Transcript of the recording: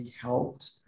helped